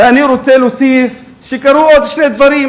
ואני רוצה להוסיף שקרו עוד שני דברים